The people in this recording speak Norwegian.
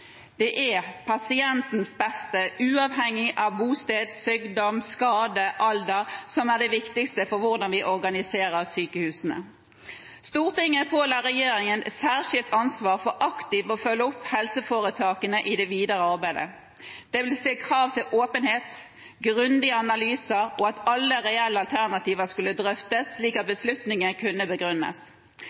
Det er pasientens beste, uavhengig av bosted, sykdom, skade og alder, som er det viktigste for hvordan vi organiserer sykehusene. Stortinget påla regjeringen et særskilt ansvar for aktivt å følge opp helseforetakene i det videre arbeidet. Det ble stilt krav til åpenhet og grundige analyser og til at alle reelle alternativer skulle drøftes, slik at beslutningene kunne begrunnes.